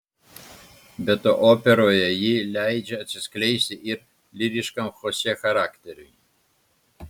be to operoje ji leidžia atsiskleisti ir lyriškam chosė charakteriui